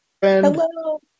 Hello